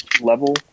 level